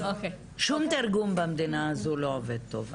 שום תרגום במדינה הזו לא עובד טוב,